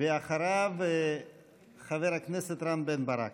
ואחריו, חבר הכנסת רם בן-ברק.